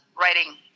writing